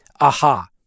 aha